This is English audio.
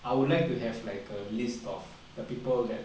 I would like to have like a list of the people that